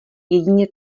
jedině